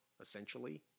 essentially